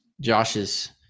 josh's